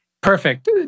Perfect